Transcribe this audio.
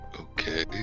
okay